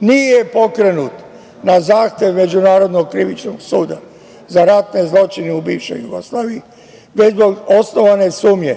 nije pokrenut na zahtev Međunarodnog krivičnog suda za ratne zločine u bivšoj Jugoslaviji, već zbog osnovane sumnje